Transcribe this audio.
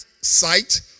sight